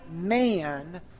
man